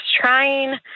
trying